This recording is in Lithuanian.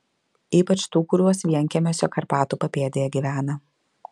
ypač tų kurios vienkiemiuose karpatų papėdėje gyvena